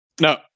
no